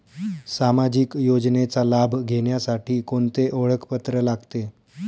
सामाजिक योजनेचा लाभ घेण्यासाठी कोणते ओळखपत्र लागते?